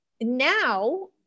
now